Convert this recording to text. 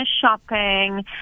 shopping